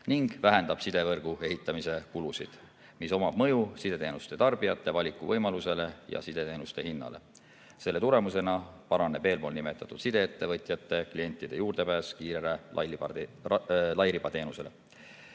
ning vähendab sidevõrgu ehitamise kulusid, mil on mõju sideteenuste tarbijate valikuvõimalusele ja sideteenuste hindadele. Selle tulemusena paraneb eespool nimetatud sideettevõtjate klientide juurdepääs kiirele lairibateenusele.